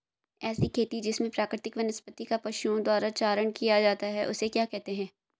ऐसी खेती जिसमें प्राकृतिक वनस्पति का पशुओं द्वारा चारण किया जाता है उसे क्या कहते हैं?